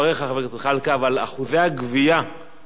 אבל אחוזי הגבייה במגזר הערבי,